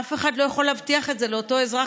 אף אחד לא יוכל להבטיח את זה לאותו אזרח,